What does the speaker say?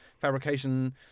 fabrication